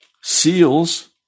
seals